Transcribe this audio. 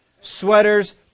Sweaters